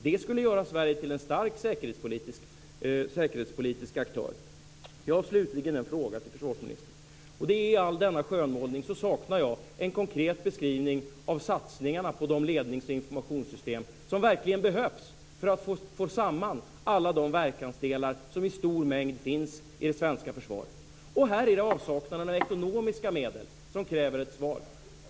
Det skulle göra Sverige till en stark säkerhetspolitisk aktör. Jag har slutligen en kommentar till försvarsminister. I all denna skönmålning saknar jag en konkret beskrivning av satsningarna på de lednings och informationssystem som verkligen behövs för att få samman alla de verkansdelar som i stor mängd finns i det svenska försvaret. Här är det avsaknaden av ekonomiska medel som kräver en kommentar.